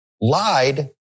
lied